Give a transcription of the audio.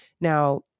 Now